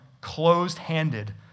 closed-handed